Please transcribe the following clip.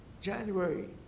January